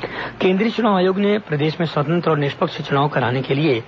पर्यवेक्षक नियुक्ति केंद्रीय चुनाव आयोग ने प्रदेश में स्वतंत्र और निष्पक्ष चुनाव कराने के लिए